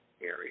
area